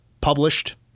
published